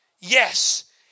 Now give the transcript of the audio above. Yes